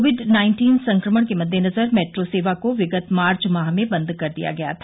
Covid nineteen संकमण के मद्देनजर मेट्रो सेवा को विगत मार्च माह में बन्द कर दिया गया था